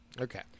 Okay